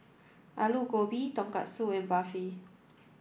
Alu Gobi Tonkatsu and Barfi